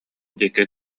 диэки